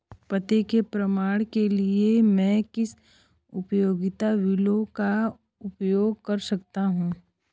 पते के प्रमाण के लिए मैं किन उपयोगिता बिलों का उपयोग कर सकता हूँ?